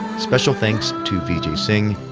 special thanks to vj singh,